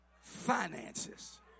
finances